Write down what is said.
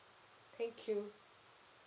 thank you